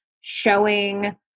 showing